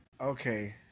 Okay